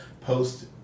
post